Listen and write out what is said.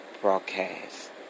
broadcast